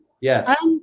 Yes